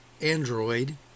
Android